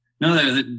no